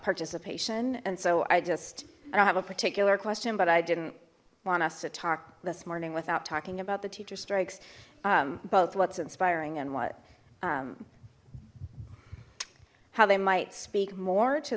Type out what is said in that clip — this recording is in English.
participation and so i just i don't have a particular question but i didn't want us to talk this morning without talking about the teacher strikes both what's inspiring and what how they might speak more to